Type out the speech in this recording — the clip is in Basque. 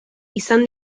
izan